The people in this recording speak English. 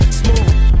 smooth